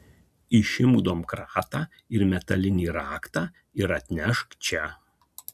išimk domkratą ir metalinį raktą ir atnešk čia